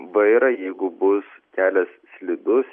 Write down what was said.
vairą jeigu bus kelias slidus